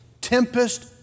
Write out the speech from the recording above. tempest